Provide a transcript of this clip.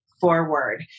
forward